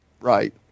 Right